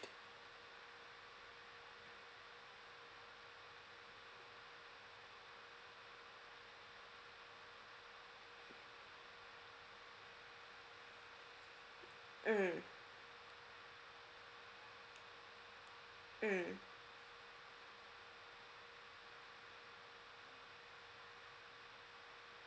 mm mm